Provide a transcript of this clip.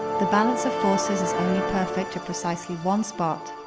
the balance of forces perfect at precisely one spot,